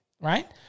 Right